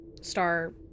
Star